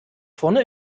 vorne